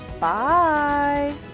bye